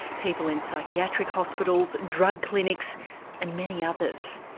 people in psychiatric hospitals, drug clinics and many others.